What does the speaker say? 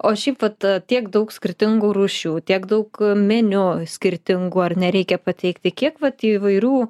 o šiaip vat tiek daug skirtingų rūšių tiek daug meniu skirtingų ar ne reikia pateikti kiek vat įvairių